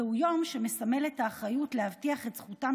זהו יום שמסמל את האחריות להבטיח את זכותם